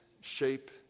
shape